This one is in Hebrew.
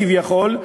כביכול,